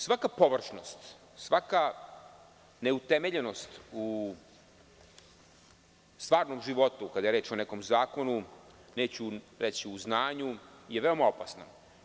Svaka površnost, svaka neutemeljenost u stvarnom životu kada je reč o nekom zakonu, neću reći u znanju, je veoma opasna.